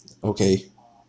okay